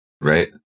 Right